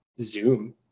Zoom